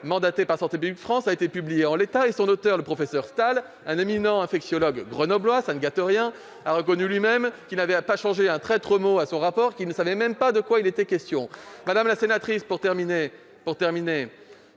commandé par Santé publique France a été publié en l'état ; son auteur, le professeur Stahl, un éminent infectiologue- grenoblois, ce qui ne gâte rien ...-, a reconnu lui-même qu'il n'avait pas changé un traître mot à son rapport et qu'il ne savait même pas de quoi il était question. Madame la sénatrice, je vous ai